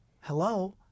Hello